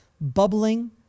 bubbling